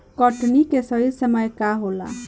कटनी के सही समय का होला?